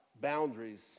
boundaries